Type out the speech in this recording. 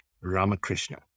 Ramakrishna